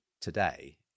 today